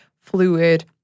fluid